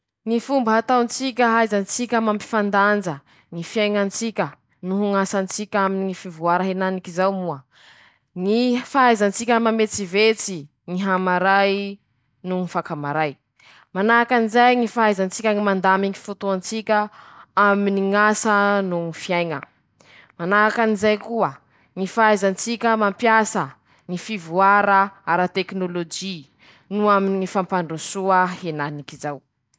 Hevitsiko aminy ñy filokà aminy ñy fanatanjahan-tena: -Mana tombony rozy mpilok'eo, aminy ñy filokà zay ;mazoto koa rozy mpanao fanatanjahan-tena eo lafa misy ñy loka, mazoto manao fanatanjahan-teña rozy ;fe misy fiatraikany avao raha zay aminy ñy fiaiña, lafa tsy misy ñy drala, lafa tsy misy ñy raha atolotolotsy aminy ñy loka zay, mivaliky ñy loha, farany manaontao fahatany ;misy ifandraisany aminy ñy kolikoly koa raha zay ñy fañitsakitsaha ñy zon'olombelo.